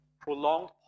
prolonged